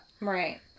Right